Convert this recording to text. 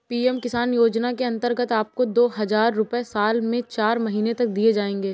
PM Kisan योजना के अंतर्गत आपको दो हज़ार रुपये साल में चार महीने तक दिए जाएंगे